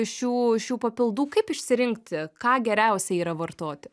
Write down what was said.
šių šių papildų kaip išsirinkti ką geriausia yra vartoti